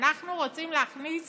ואנחנו רוצים להכניס